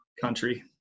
country